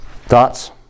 Thoughts